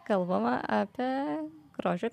kalbama apie grožio